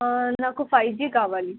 నాకు five G కావాలి